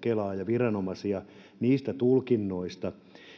kelaa ja viranomaisia niissä tulkinnoissa ja